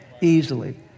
easily